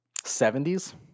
70s